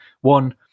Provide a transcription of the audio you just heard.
one